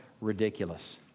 ridiculous